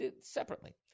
Separately